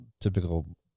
typical